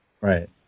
right